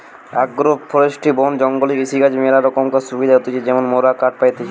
agro forestry বন জঙ্গলে কৃষিকাজর ম্যালা রোকমকার সুবিধা হতিছে যেমন মোরা কাঠ পাইতেছি